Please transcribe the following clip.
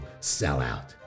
sellout